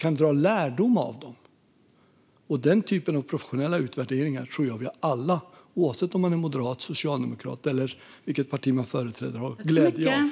Den typen av professionella utvärderingar tror jag att vi alla, oavsett om vi är moderater eller socialdemokrater eller om vi företräder något annat parti, har glädje av.